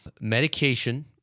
medication